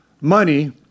money